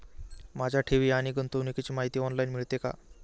माझ्या ठेवी आणि गुंतवणुकीची माहिती ऑनलाइन मिळेल का?